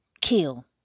kill